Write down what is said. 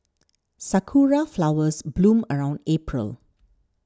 sakura flowers bloom around April